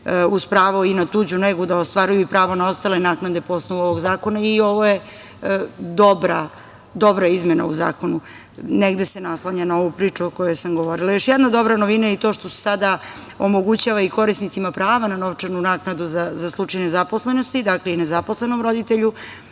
uz pravo i na tuđu negu da ostvaruju i prava na ostale naknade po osnovu ovog zakona. Ovo je dobra izmena u zakonu, negde se naslanja na ovu priču o kojoj sam govorila. Još jedna dobra novina i to što se sada omogućava i korisnicima prava na novčanu naknadu za slučaj nezaposlenosti, dakle i nezaposlenom roditelju